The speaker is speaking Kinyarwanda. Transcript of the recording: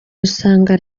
usanga